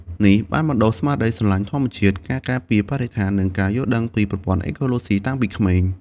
នេះបានបណ្តុះ ស្មារតីស្រឡាញ់ធម្មជាតិ ការការពារបរិស្ថាន និងការយល់ដឹងពីប្រព័ន្ធអេកូឡូស៊ីតាំងពីក្មេង។